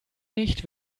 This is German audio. nicht